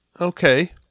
Okay